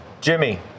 Jimmy